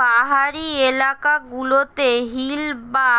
পাহাড়ি এলাকা গুলোতে হিল বা